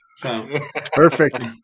Perfect